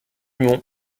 mont